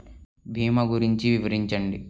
భీమా గురించి వివరించండి?